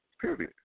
period